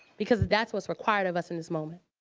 because that's what's required of us in this moment.